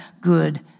good